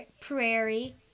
Prairie